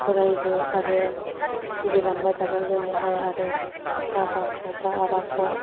अरायबो आरो सिबिलांबाय थागोन जोंनि आइ आरो बाबाखौ बा आबाखौ